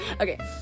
Okay